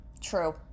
True